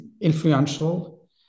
influential